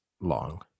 long